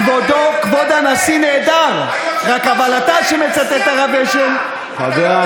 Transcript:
ולכן, כשאתה מצטט, זה טוב שאתה מצטט, ותודה.